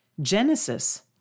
Genesis